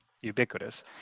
ubiquitous